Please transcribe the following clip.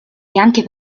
anche